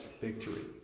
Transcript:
victory